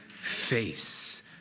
face